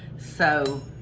so,